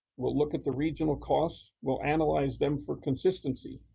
we'll look at the regional costs, we'll analyze them for consistency,